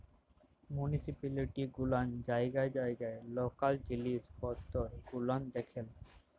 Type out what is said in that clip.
municipality গুলান জায়গায় জায়গায় লকাল জিলিস পত্তর গুলান দেখেল